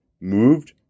moved